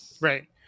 Right